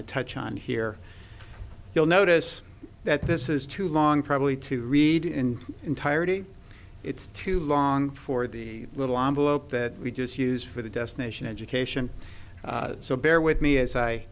to touch on here you'll notice that this is too long probably to read in entirety it's too long for the little that we just use for the destination education so bear with me as i